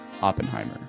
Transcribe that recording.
Oppenheimer